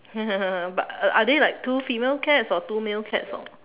but uh are they like two female cats or two male cats or